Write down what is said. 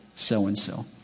so-and-so